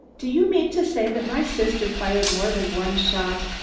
do you mean to say that my sister fired more than one shot?